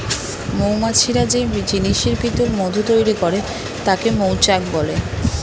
মৌমাছিরা যেই জিনিসের ভিতর মধু তৈরি করে তাকে মৌচাক বলে